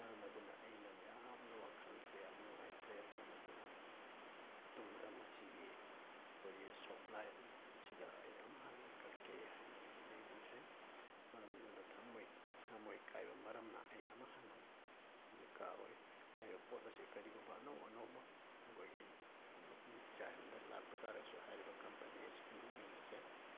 ꯃꯔꯝ ꯑꯗꯨꯅ ꯑꯩꯅ ꯃꯌꯥꯝꯅ ꯋꯥꯈꯜꯁꯦ ꯌꯥꯝꯅ ꯅꯨꯡꯉꯥꯏꯇ꯭ꯔꯦ ꯃꯔꯝ ꯑꯗꯨꯅ ꯃꯇꯨꯡꯗ ꯃꯁꯤꯒꯤ ꯑꯩꯈꯣꯏꯒꯤ ꯁꯣꯞ ꯂꯥꯏꯟꯁꯤꯗ ꯑꯩꯅ ꯑꯃꯛ ꯍꯟꯅ ꯑꯩ ꯀꯛꯀꯦ ꯍꯥꯏꯅ ꯑꯩ ꯅꯤꯡꯗ꯭ꯔꯦ ꯃꯔꯝ ꯑꯗꯨꯅ ꯊꯝꯃꯣꯏ ꯊꯝꯃꯣꯏ ꯀꯥꯏꯕ ꯃꯔꯝꯅ ꯑꯩ ꯑꯃꯨꯛ ꯍꯟꯅ ꯀꯛꯑꯔꯣꯏ ꯍꯥꯏꯔꯤꯕ ꯄꯣꯠ ꯑꯁꯦ ꯀꯔꯤꯒꯨꯝꯕ ꯑꯅꯧ ꯑꯅꯧꯕ ꯑꯩꯈꯣꯏꯒꯤ ꯑꯅꯧꯕ ꯗꯤꯖꯥꯏꯟꯗ ꯂꯥꯛꯄ ꯇꯥꯔꯁꯨ ꯍꯥꯏꯔꯤꯕ ꯀꯝꯄꯅꯤ ꯑꯁꯤꯒꯤ ꯃꯃꯤꯡ ꯑꯁꯦ